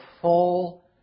full